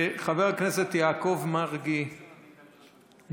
חבר הכנסת יעקב מרגי מוזמן.